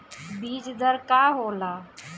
बीज दर का होला?